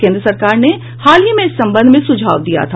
केंद्र सरकार ने हाल ही में इस संबंध में सुझाव दिया था